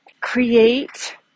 create